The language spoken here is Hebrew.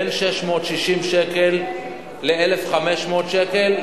בין 660 שקל ל-1,500 שקל,